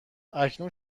اکنون